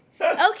okay